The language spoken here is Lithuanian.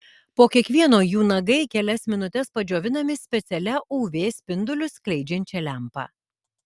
po kiekvieno jų nagai kelias minutes padžiovinami specialia uv spindulius skleidžiančia lempa